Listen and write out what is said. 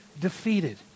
defeated